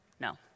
No